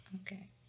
okay